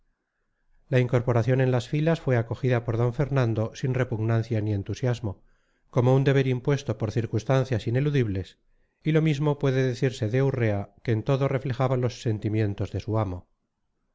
la incorporación en las filas fue acogida por d fernando sin repugnancia ni entusiasmo como un deber impuesto por circunstancias ineludibles y lo mismo puede decirse de urrea que en todo reflejaba los sentimientos de su amo